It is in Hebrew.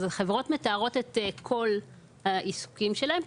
הן מתארות את כל העיסוקים שלהן.